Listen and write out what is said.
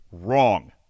Wrong